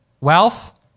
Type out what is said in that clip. Wealth